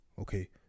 okay